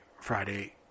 Friday